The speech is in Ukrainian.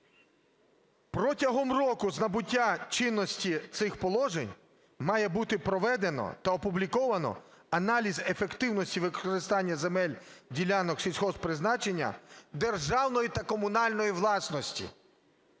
Протягом року з набуття чинності цих положень має бути проведено та опубліковано аналіз ефективності використання земель, ділянок сільгосппризначення державної та комунальної власності